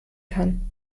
kann